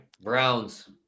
Browns